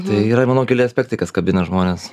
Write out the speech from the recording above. tai yra manau keli aspektai kas kabina žmones